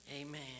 Amen